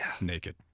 naked